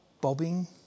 bobbing